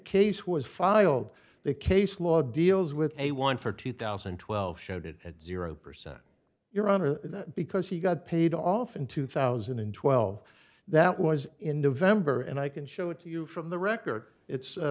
case was filed the case law deals with a one for two thousand and twelve showed it at zero percent your honor because he got paid off in two thousand and twelve that was in november and i can show it to you from the record it's